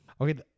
Okay